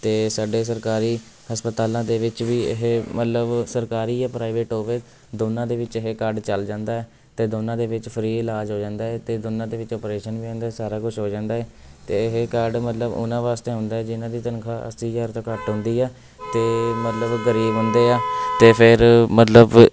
ਅਤੇ ਸਾਡੇ ਸਰਕਾਰੀ ਹਸਪਤਾਲਾਂ ਦੇ ਵਿੱਚ ਵੀ ਇਹ ਮਤਲਬ ਸਰਕਾਰੀ ਜਾਂ ਪ੍ਰਾਈਵੇਟ ਹੋਵੇ ਦੋਨਾਂ ਦੇ ਵਿੱਚ ਇਹ ਕਾਰਡ ਚੱਲ ਜਾਂਦਾ ਅਤੇ ਦੋਨਾਂ ਦੇ ਵਿੱਚ ਫ੍ਰੀ ਇਲਾਜ ਹੋ ਜਾਂਦਾ ਹੈ ਅਤੇ ਦੋਨਾਂ ਦੇ ਵਿੱਚ ਓਪਰੇਸ਼ਨ ਵੀ ਹੁੰਦੇ ਸਾਰਾ ਕੁਛ ਹੋ ਜਾਂਦਾ ਹੈ ਅਤੇ ਇਹ ਕਾਰਡ ਮਤਲਬ ਉਹਨਾਂ ਵਾਸਤੇ ਹੁੰਦਾ ਜਿਨ੍ਹਾਂ ਦੀ ਤਨਖ਼ਾਹ ਅੱਸੀ ਹਜ਼ਾਰ ਤੋਂ ਘੱਟ ਹੁੰਦੀ ਹੈ ਅਤੇ ਮਤਲਬ ਗ਼ਰੀਬ ਹੁੰਦੇ ਹੈ ਅਤੇ ਫਿਰ ਮਤਲਬ